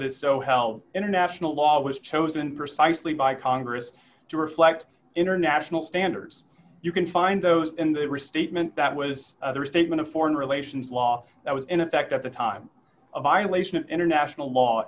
that is so held international law was chosen precisely by congress to reflect international standards you can find those in the restatement that was other statement of foreign relations law that was in effect at the time a violation of international law